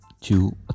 two